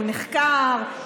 הוא נחקר,